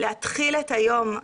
להתחיל את היום.